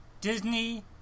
Disney